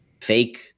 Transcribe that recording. fake